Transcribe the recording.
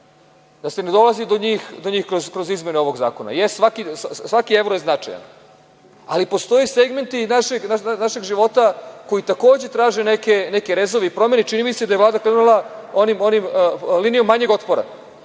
da se ne dolazi do njih kroz izmene ovog zakona. Svaki evro je značajan, ali postoje segmenti našeg života koji takođe traže neke rezove i promene i čini mi se da je Vlada krenula linijom manjeg otpora.